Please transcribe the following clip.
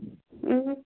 اۭں